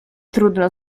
trudno